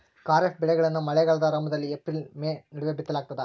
ಖಾರಿಫ್ ಬೆಳೆಗಳನ್ನ ಮಳೆಗಾಲದ ಆರಂಭದಲ್ಲಿ ಏಪ್ರಿಲ್ ಮತ್ತು ಮೇ ನಡುವೆ ಬಿತ್ತಲಾಗ್ತದ